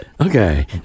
okay